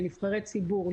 כנבחרי הציבור,